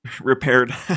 Repaired